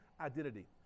identity